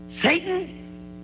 Satan